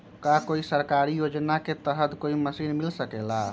का कोई सरकारी योजना के तहत कोई मशीन मिल सकेला?